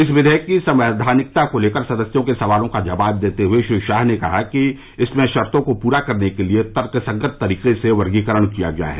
इस विधेयक की संवैधानिकता को लेकर सदस्यों के सवालों का जवाब देते हुए श्री शाह ने कहा कि इसमें शर्तों को पूरा करने के लिए तर्क संगत तरीके से वर्गीकरण किया गया है